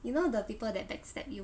you know the people that backstab you